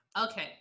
Okay